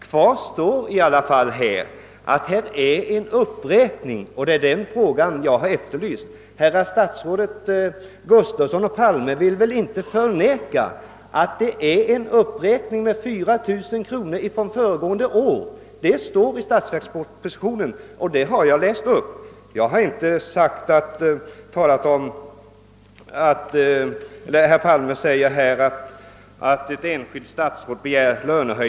Kvar står ändå det faktum att en uppräkning har gjorts och det är därför jag har begärt ett klarläggande. Herrar statsråd Gustafsson och Palme vill väl inte förneka att det har gjorts en uppräkning med 4000 kronor jämfört med föregående år. Det står i statsverkspropositionen och det har jag läst upp. Herr Palme säger, när jag påstår att ett enskilt statsråd begär löneökning, att han inte kan påverka lönen.